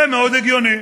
זה מאוד הגיוני.